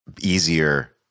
easier